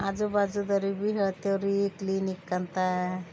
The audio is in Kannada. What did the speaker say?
ಆಜು ಬಾಜುದರಿಗೆ ಭೀ ಹೇಳ್ತೆವ್ರಿ ಕ್ಲೀನಿಕ್ಕಿ ಅಂತ